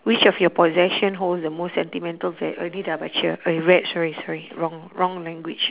which of your possession holds the most sentimental val~ uh ini dah baca eh read sorry sorry wrong wrong language